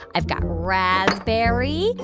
i've got raspberry,